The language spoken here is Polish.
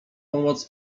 pomoc